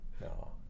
No